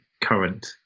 current